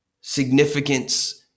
significance